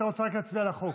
ואתה רוצה רק להצביע על החוק?